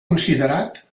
considerat